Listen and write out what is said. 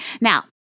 Now